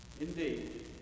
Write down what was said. Indeed